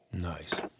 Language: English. Nice